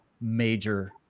major